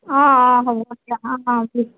অ অ হ'ব দিয়ক অ অ ঠিক